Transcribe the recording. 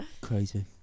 crazy